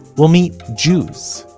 we'll meet jews.